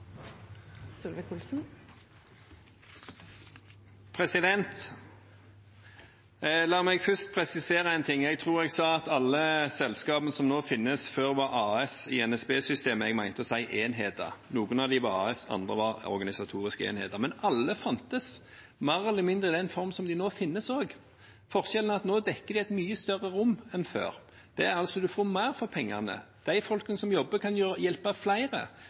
La meg først presisere en ting. Jeg tror jeg sa at alle selskapene som nå finnes, før var AS-er i NSB-systemet – jeg mente å si enheter. Noen av dem var AS-er, andre var organisatoriske enheter. Men alle fantes mer eller mindre i den formen de nå finnes i. Forskjellen er at de nå dekker et mye større rom enn før. En får mer for pengene. De som jobber, kan hjelpe flere